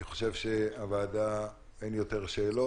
אני חושב שלוועדה אין יותר שאלות.